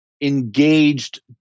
engaged